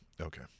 okay